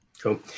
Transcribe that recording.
Cool